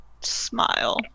smile